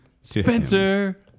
Spencer